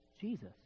Jesus